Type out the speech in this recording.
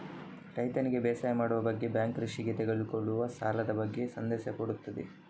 ರೈತನಿಗೆ ಬೇಸಾಯ ಮಾಡುವ ಬಗ್ಗೆ ಬ್ಯಾಂಕ್ ಕೃಷಿಗೆ ತೆಗೆದುಕೊಳ್ಳುವ ಸಾಲದ ಬಗ್ಗೆ ಹೇಗೆ ಸಂದೇಶ ಕೊಡುತ್ತದೆ?